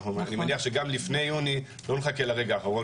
אני מניח שגם לפני יוני לא נחכה לרגע האחרון